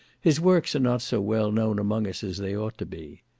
his works are not so well known among us as they ought to be.